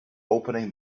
opening